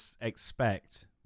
expect